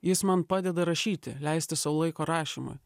jis man padeda rašyti leisti sau laiko rašymui